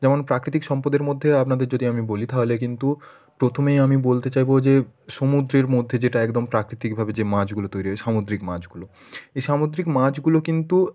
যেমন প্রাকৃতিক সম্পদের মধ্যে আপনাদের যদি আমি বলি তাহলে কিন্তু প্রথমেই আমি বলতে চাইবো যে সমুদ্রের মধ্যে যেটা একদম প্রাকৃতিকভাবে যে মাছগুলো তৈরি হয় সামুদ্রিক মাছগুলো এই সামুদ্রিক মাছগুলো কিন্তু